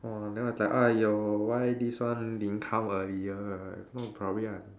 !wah! then I was like !aiyo! why this one didn't come earlier if not probably I